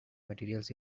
materials